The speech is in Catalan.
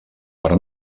per